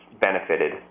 benefited